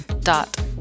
dot